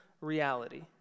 reality